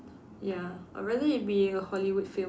ya I rather it be a Hollywood film